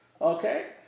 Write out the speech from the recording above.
Okay